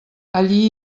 allí